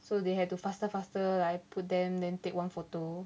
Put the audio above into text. so they had to faster faster like I put them then take one photo